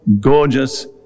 gorgeous